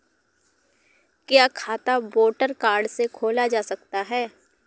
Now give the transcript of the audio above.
क्या खाता voter card से खोला जा सकता है?